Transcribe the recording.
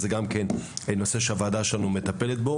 שהיא גם נושא שהוועדה שלנו מטפלת בו